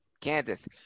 Kansas